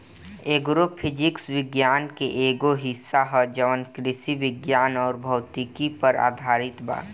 agro physics विज्ञान के एगो हिस्सा ह जवन कृषि विज्ञान अउर भौतिकी पर आधारित बा